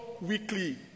weekly